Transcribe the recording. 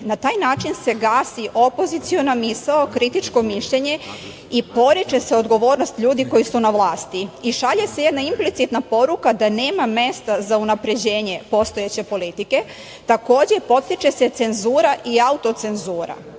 Na taj način se gasi opoziciona misao, kritičko mišljenje i poriče se odgovornost ljudi koji su na vlasti i šalje se jedna implicitna poruka da nema mesta za unapređenje postojeće politike. Takođe, podstiče se cenzura i autocenzura